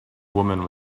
woman